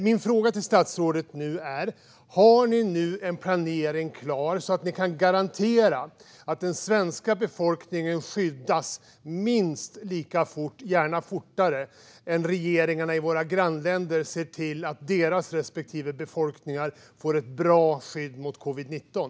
Min fråga till statsrådet är: Har ni nu en planering klar, så att ni kan garantera att den svenska befolkningen ska skyddas minst lika fort, gärna fortare, som regeringarna i våra grannländer har sett till att deras respektive befolkningar ska få ett bra skydd mot covid-19?